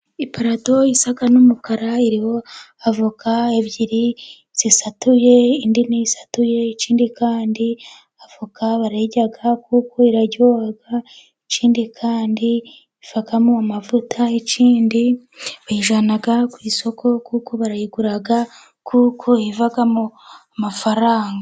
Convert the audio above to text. Iparato isa n'umukara iriho avoka ebyiri zisatuye, indi ntisatuye. Ikindi kandi avoka barayirya kuko iraryoha, ikindi kandi ivamo amavuta, ikindi kandi bayijyana ku isoko kuko barayigura, kuko ivamo amafaranga.